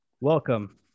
Welcome